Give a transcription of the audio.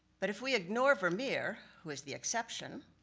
but if we ignore vermeer, who is the exception,